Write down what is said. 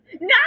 No